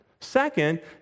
Second